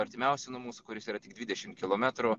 artimiausio nuo mūsų kuris yra tik dvidešim kilometrų